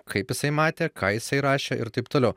kaip jisai matė ką jisai rašė ir taip toliau